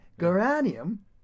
geranium